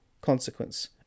consequence